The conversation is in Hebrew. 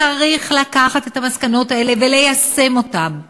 צריך לקחת את המסקנות האלה וליישם אותן,